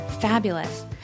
fabulous